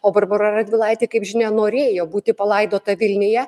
o barbora radvilaitė kaip žinia norėjo būti palaidota vilniuje